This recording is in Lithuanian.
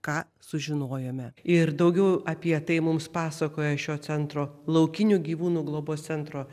ką sužinojome ir daugiau apie tai mums pasakoja šio centro laukinių gyvūnų globos centro